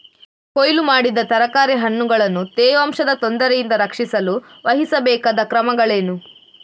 ಕೊಯ್ಲು ಮಾಡಿದ ತರಕಾರಿ ಹಣ್ಣುಗಳನ್ನು ತೇವಾಂಶದ ತೊಂದರೆಯಿಂದ ರಕ್ಷಿಸಲು ವಹಿಸಬೇಕಾದ ಕ್ರಮಗಳೇನು?